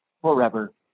forever